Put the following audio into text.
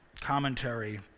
commentary